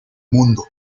mundo